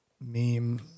meme